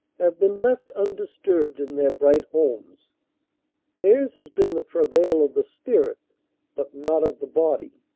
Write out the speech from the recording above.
have been left undisturbed in their bright homes theirs has been the travail of the spirit but not of the body.